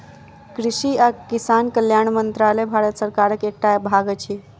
कृषि आ किसान कल्याण मंत्रालय भारत सरकारक एकटा भाग अछि